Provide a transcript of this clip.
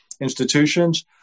institutions